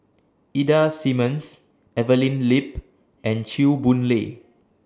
Ida Simmons Evelyn Lip and Chew Boon Lay